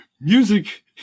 music